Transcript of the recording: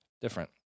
Different